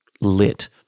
Lit